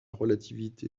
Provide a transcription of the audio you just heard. relativité